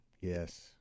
Yes